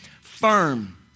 firm